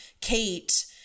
Kate